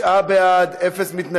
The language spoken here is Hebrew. תשעה בעד, אין מתנגדים,